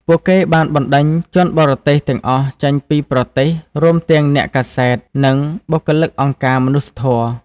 ពួកគេបានបណ្ដេញជនបរទេសទាំងអស់ចេញពីប្រទេស រួមទាំងអ្នកកាសែត និងបុគ្គលិកអង្គការមនុស្សធម៌។